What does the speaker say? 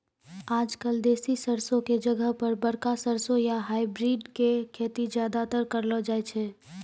आजकल देसी सरसों के जगह पर बड़का सरसों या हाइब्रिड के खेती ज्यादातर करलो जाय छै